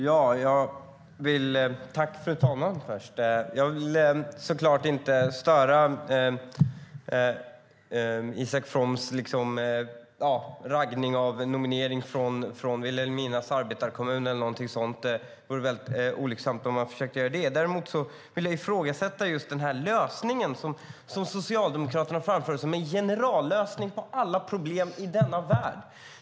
Fru talman! Jag vill inte störa Isak Froms raggning av en nominering från Vilhelminas arbetarekommun eller någonting sådant. Det vore mycket olyckligt att försöka göra det. Däremot vill jag ifrågasätta den lösning som Socialdemokraterna framför som en generallösning på alla problem i denna värld.